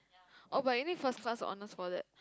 oh but you need first class honours for that